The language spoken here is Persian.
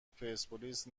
پرسپولیس